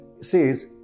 says